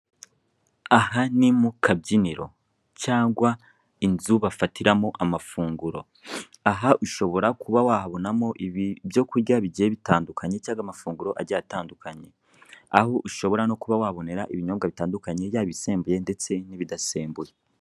Aha ni mu kabyiniro cyangwa inzu bafatiramo amafunguro. Aha ushobora kuba wahabonamo ibyo kurya bigiye bitandukanye cyangwa amafunguro agiye atandukanye. Aho ushobora no kuba wabonera ibinyobwa bigiye bitandukanye yaba ibisembuye ndetse n'ibidasembuye